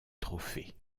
trophée